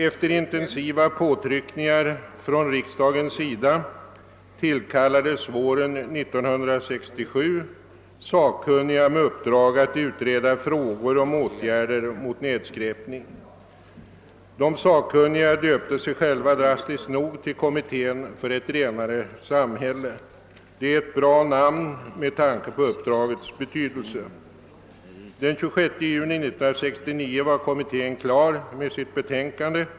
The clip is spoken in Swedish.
Efter intensiva påtryckningar från riksdagens sida tillkallades våren 1967 sakkunniga med uppdrag att utreda frågor om åtgärder mot nedskräpning. De sakkunniga döpte sig själva drastiskt nog till kommittén för ett renare samhälle — det är ett bra namn med tanke på uppdragets betydelse. Den 26 juni 1969 var kommittén klar med sitt betänkande.